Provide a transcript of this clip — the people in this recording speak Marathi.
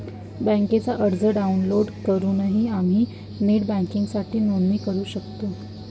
बँकेचा अर्ज डाउनलोड करूनही आम्ही नेट बँकिंगसाठी नोंदणी करू शकतो